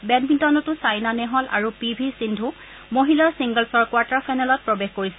বেডমিণ্টনতো চাইনা নেহৱাল আৰু P V Sindhu মহিলাৰ ছিংগলছৰ কোৱাৰ্টাৰ ফাইনেলত প্ৰৱেশ কৰিছে